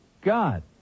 God